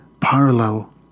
parallel